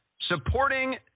supporting